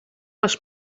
les